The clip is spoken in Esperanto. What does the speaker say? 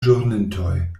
ĵurintoj